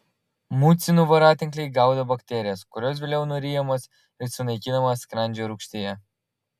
mucinų voratinkliai gaudo bakterijas kurios vėliau nuryjamos ir sunaikinamos skrandžio rūgštyje